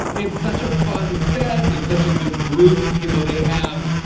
it's such a fun set. it's such a good group. you know, they have,